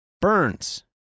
burns